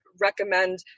recommend